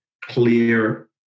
clear